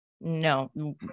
No